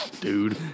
Dude